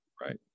Right